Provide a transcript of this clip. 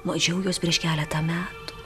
mačiau juos prieš keletą metų